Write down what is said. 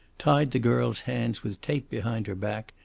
tied the girl's hands with tape behind her back,